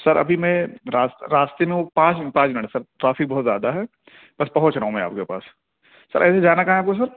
سر ابھی میں راست راستے میں ہوں پانچ منٹ پانچ منٹ میں سر ٹریفک بہت زیادہ ہے بس پہنچ رہا ہوں میں آپ کے پاس سر ایسے جانا کہاں ہے آپ کو سر